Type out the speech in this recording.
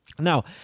Now